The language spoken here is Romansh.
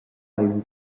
ein